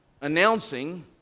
announcing